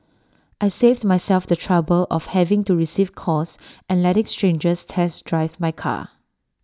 I saved myself the trouble of having to receive calls and letting strangers test drive my car